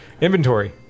Inventory